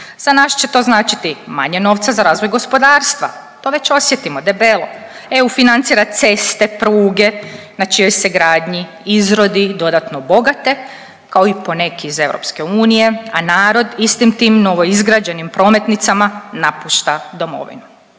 Za nas će to značiti manje novca za razvoj gospodarstva, to već osjetimo debelo. EU financira ceste, pruge na čijoj se gradnji izrodi dodatno bogate kao i poneki iz EU, a narod istim tim novo izgrađenim prometnicama napušta Domovinu.